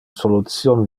solution